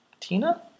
Tina